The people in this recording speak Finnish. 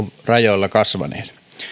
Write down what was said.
rajoilla kasvaneet